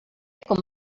com